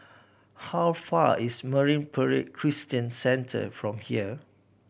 how far is Marine Parade Christian Centre from here